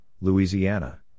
Louisiana